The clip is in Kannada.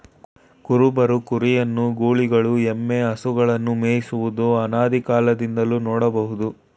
ಕುರುಬರು ಕುರಿಯನ್ನು, ಗೌಳಿಗಳು ಎಮ್ಮೆ, ಹಸುಗಳನ್ನು ಮೇಯಿಸುವುದು ಅನಾದಿಕಾಲದಿಂದಲೂ ನೋಡ್ಬೋದು